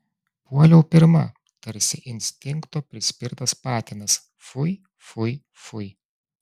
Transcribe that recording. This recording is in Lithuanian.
puoliau pirma tarsi instinkto prispirtas patinas fui fui fui